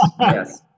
yes